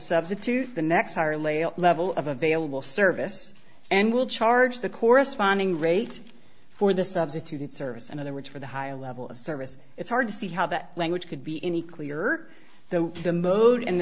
substitute the next higher lael level of available service and will charge the corresponding rate for the substituted service in other words for the high level of service it's hard to see how that language could be any clearer t